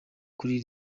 kuri